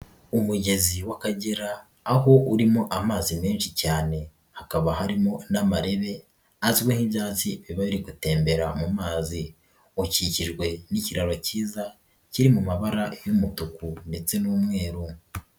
Umugezi w'Akagera aho urimo amazi menshi cyane, hakaba harimo n'amarebe azwi nk'ibyatsi biba biri gutembera mu mazi, ukikijwe n'ikiraro kiza kiri mu mabara y'umutuku ndetse n'umweru.